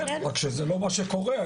כן, רק שזה לא מה שקורה.